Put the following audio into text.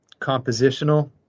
compositional